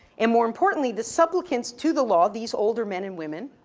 and more importantly, the supplicants to the law, these older men and women,